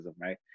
right